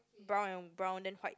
brown and brown then white